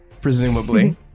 Presumably